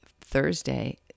Thursday